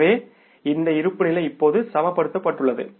எனவே இந்த இருப்புநிலை இப்போது சமப்படுத்தப்பட்டுள்ளது